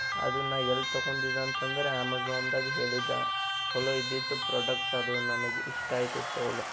ಅದು ನಾನು ಎಲ್ಲಿ ತೊಕೊಂಡಿದ್ ಅಂತಂದರೆ ಅಮೇಜಾನ್ದಾಗ ಹೇಳಿದ ಛಲೋ ಇದ್ದಿತ್ತು ಪ್ರೊಡಕ್ಟ್ ಅದು ನನಗೆ ಇಷ್ಟ ಆಯಿತು ತೋಲು